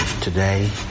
today